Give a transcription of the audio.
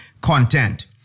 content